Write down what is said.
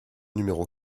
numéro